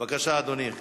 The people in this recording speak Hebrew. בבקשה, אדוני,